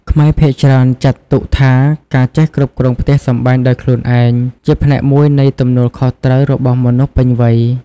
ខ្មែរភាគច្រើនចាត់ទុកថា ការចេះគ្រប់គ្រងផ្ទះសម្បែងដោយខ្លួនឯង ជាផ្នែកមួយនៃទំនួលខុសត្រូវរបស់មនុស្សពេញវ័យ។